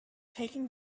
taking